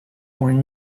when